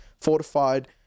fortified